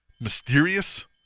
mysterious